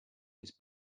was